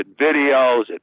videos